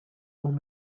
اون